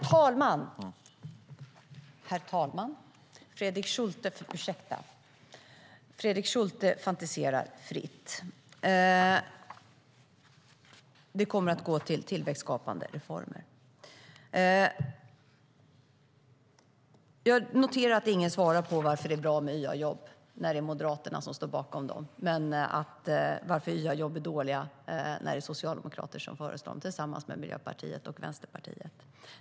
Herr talman! Fredrik Schulte fantiserar fritt. Det kommer att gå till tillväxtskapande reformer. Jag noterar att ingen svarar på varför det är bra med YA-jobb när det är Moderaterna som står bakom dem och varför YA-jobb är dåliga när det är socialdemokrater som föreslår dem tillsammans med Miljöpartiet och Vänsterpartiet.